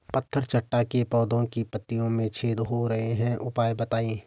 पत्थर चट्टा के पौधें की पत्तियों में छेद हो रहे हैं उपाय बताएं?